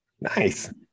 nice